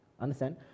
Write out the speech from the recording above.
Understand